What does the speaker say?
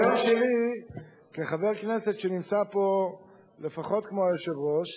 מהניסיון שלי כחבר כנסת שנמצא פה לפחות כמו היושב-ראש,